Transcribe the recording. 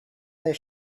their